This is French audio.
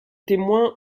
témoins